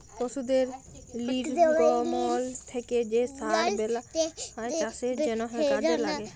পশুদের লির্গমল থ্যাকে যে সার বেলায় চাষের জ্যনহে কাজে ল্যাগে